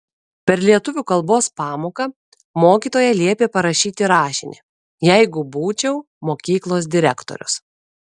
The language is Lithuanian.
per lietuvių kalbos pamoką mokytoja liepė parašyti rašinį jeigu būčiau mokyklos direktorius